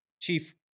chief